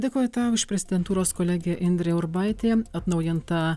dėkoju tau iš prezidentūros kolegė indrė urbaitė atnaujinta